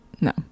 No